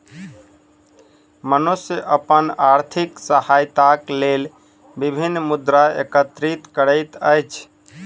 मनुख अपन आर्थिक सहायताक लेल विभिन्न मुद्रा एकत्रित करैत अछि